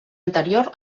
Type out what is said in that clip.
anterior